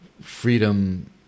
freedom